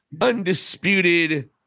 undisputed